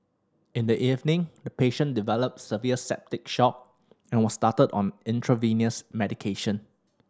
in the evening the patient developed severe septic shock and was started on intravenous medication